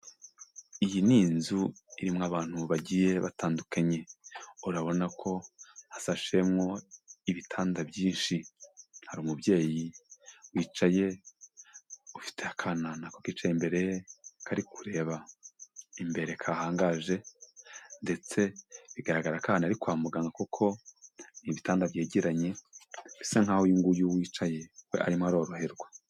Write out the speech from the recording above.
Iyi ni inzu irimo abantu bagiye batandukanye, urabona ko hasashemo ibitanda byinshi, hari umubyeyi wicaye ufite akana nako kicaye imbere ye kari kureba imbere kahangaje ndetse bigaragara ko aha hantu ari kwa muganga kuko ibitanda byegeranye, bisa nk'aho uyu nguyu wicaye we arimo aroroherwa